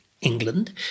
England